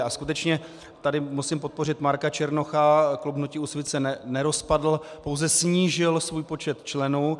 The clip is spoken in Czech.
A skutečně tady musím podpořit Marka Černocha, klub hnutí Úsvit se nerozpadl, pouze snížil svůj počet členů.